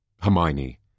Hermione